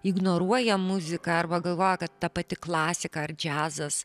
ignoruoja muziką arba galvoja kad ta pati klasika ar džiazas